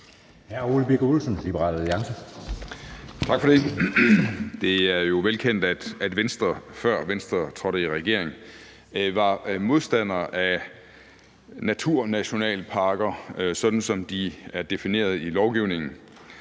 Tak for det. Det er jo velkendt, at Venstre, før Venstre trådte i regering, var modstander af naturnationalparker, sådan som de er defineret i lovgivningen,